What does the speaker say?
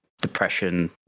depression